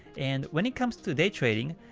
and when it comes to day trading,